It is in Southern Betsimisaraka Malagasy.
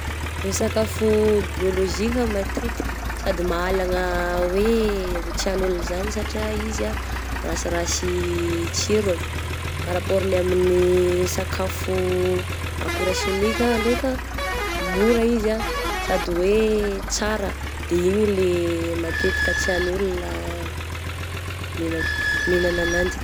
Ny sakafo biôlozika matetika, sady mahalana hoe ho tiagn'olona izany satria izy ah rasirasy tsirony par rapport ny amin'ny sakafo akora simika ndraika mora izy ah sady hoe tsara, de iny le matetika tian'olona mina-minana ananjy.